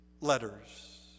letters